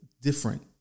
different